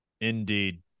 Indeed